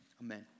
amen